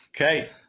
Okay